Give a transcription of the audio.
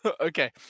Okay